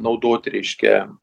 naudot reiškia